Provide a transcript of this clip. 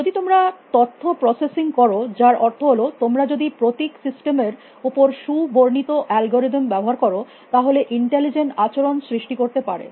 যদি তোমরা তথ্য প্রসেসিং কর যার অর্থ হল তোমরা যদি প্রতীক সিস্টেম এর উপর সু বর্ণিত অ্যালগরিদম ব্যবহার কর তাহলে ইন্টেলিজেন্ট আচরণ সৃষ্টি করতে পারো